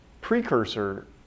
precursor